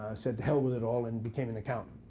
said, to hell with it all, and became an accountant.